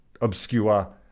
obscure